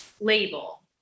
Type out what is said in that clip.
label